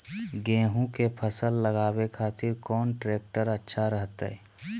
गेहूं के फसल लगावे खातिर कौन ट्रेक्टर अच्छा रहतय?